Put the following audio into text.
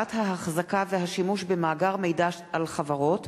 ההחזקה והשימוש במאגר מידע על חברות),